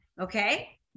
Okay